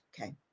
Okay